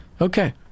Okay